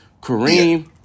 Kareem